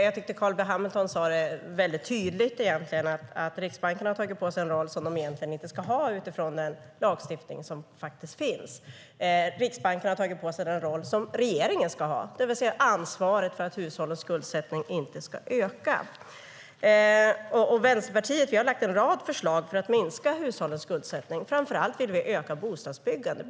Jag tyckte att Carl B Hamilton mycket tydligt sade att Riksbanken har tagit på sig en roll som man enligt den lagstiftning som finns inte ska ha. Riksbanken har tagit på sig den roll som regeringen ska ha, det vill säga att ansvara för att hushållens skuldsättning inte ska öka. Vi i Vänsterpartiet har lagt fram en rad förslag för att minska hushållens skuldsättning. Framför allt vill vi öka bostadsbyggandet.